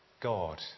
God